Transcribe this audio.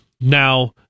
Now